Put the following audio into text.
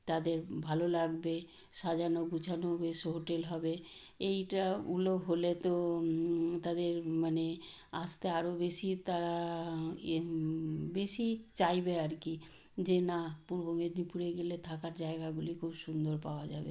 তাদের ভালো লাগবে সাজানো গোছানো বেশ হোটেল হবে এইটা উলো হলে তো তাদের মানে আসতে আরও বেশি তারা বেশি চাইবে আর কি যে না পূর্ব মেদিনীপুরে গেলে থাকার জায়গাগুলি খুব সুন্দর পাওয়া যাবে